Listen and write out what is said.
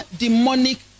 demonic